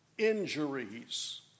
Injuries